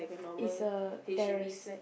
is a terrace